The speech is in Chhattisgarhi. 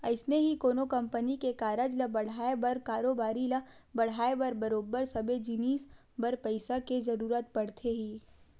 अइसने ही कोनो कंपनी के कारज ल बड़हाय बर कारोबारी ल बड़हाय बर बरोबर सबे जिनिस बर पइसा के जरुरत पड़थे ही